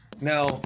now